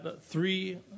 three